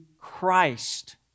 Christ